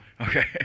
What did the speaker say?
okay